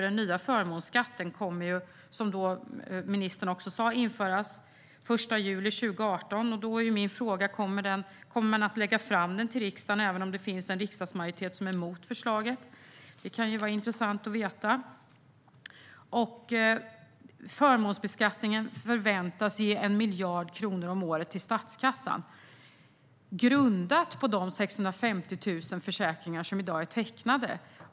Den nya förmånsskatten kommer, som ministern också sa, att införas den 1 juli 2018. Min fråga är om man kommer att lägga fram den för riksdagen även om det finns en riksdagsmajoritet emot förslaget. Det kan ju vara intressant att veta. Förmånsbeskattningen förväntas ge 1 miljard kronor om året till statskassan - grundat på de 650 000 försäkringar som i dag är tecknade.